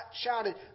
shouted